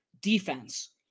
defense